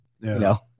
No